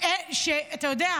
אתה יודע,